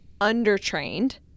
under-trained